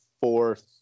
fourth